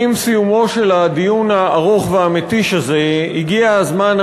עם סיומו של הדיון הארוך והמתיש הזה הגיע הזמן,